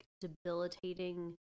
debilitating